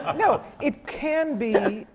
um no, it can be,